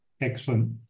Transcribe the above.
Excellent